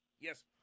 Yes